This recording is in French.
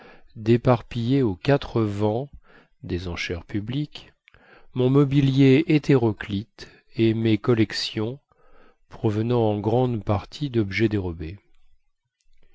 déparpiller aux quatre vents des enchères publiques mon mobilier hétéroclite et mes collections provenant en grande partie dobjets dérobés